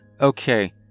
okay